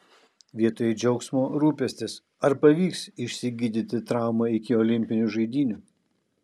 vietoj džiaugsmo rūpestis ar pavyks išsigydyti traumą iki olimpinių žaidynių